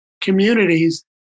communities